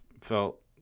felt